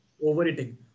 Overeating